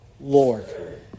Lord